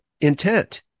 intent